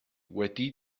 wedi